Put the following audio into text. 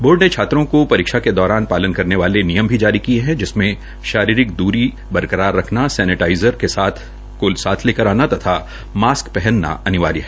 board ने छात्रों को परीक्षा के दौरान पालन करने वाले नियम भी जारी किये है जिसमें शारीरिक दूरी रखना सैनेटाइज़र लेकर आना व मास्क पहनना अनिवार्य है